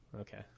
Okay